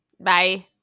Bye